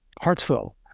Hartsville